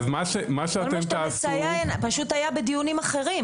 אז מה שאתם תעשו --- מה שאתה מציין פשוט היה בדיונים אחרים.